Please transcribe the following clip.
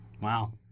Wow